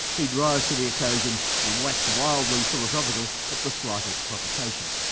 he'd rise to the occasion and wax wildly philosophical at the slightest provocation.